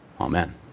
Amen